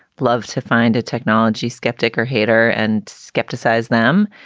love to find a technology skeptic or hater and skeptic size them.